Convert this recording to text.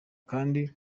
kandi